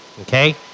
Okay